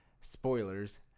spoilers